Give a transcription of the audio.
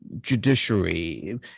judiciary